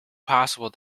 possible